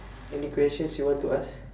any questions you want to ask